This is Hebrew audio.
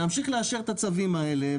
להמשיך לאשר את הצווים האלה,